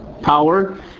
Power